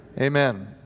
Amen